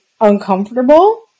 uncomfortable